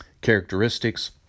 characteristics